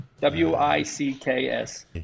W-I-C-K-S